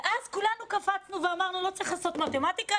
ואז כולנו קפצנו ואמרנו: לא צריך להיבחן במתמטיקה,